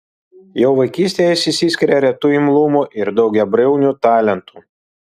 jau vaikystėje jis išsiskiria retu imlumu ir daugiabriauniu talentu